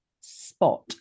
spot